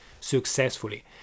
successfully